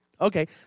okay